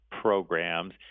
programs